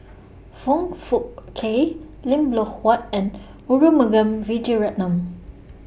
Foong Fook Kay Lim Loh Huat and Arumugam Vijiaratnam